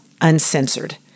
uncensored